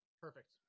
Perfect